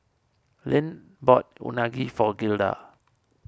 Lynne bought Unagi for Gilda